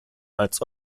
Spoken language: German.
als